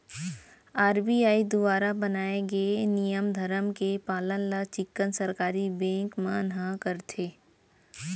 RBI दुवारा बनाए गे नियम धरम के पालन ल चिक्कन सरकारी बेंक मन ह करथे